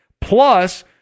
plus